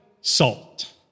salt